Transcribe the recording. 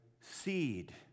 seed